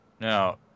Now